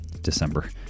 December